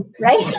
right